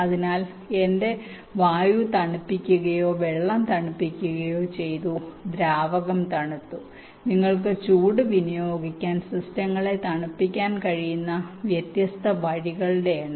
അതിനാൽ എന്റെ വായു തണുപ്പിക്കുകയോ വെള്ളം തണുപ്പിക്കുകയോ ചെയ്തു ദ്രാവകം തണുത്തു നിങ്ങൾക്ക് ചൂട് വിനിയോഗിക്കാൻ സിസ്റ്റങ്ങളെ തണുപ്പിക്കാൻ കഴിയുന്ന വ്യത്യസ്ത വഴികളുടെ എണ്ണം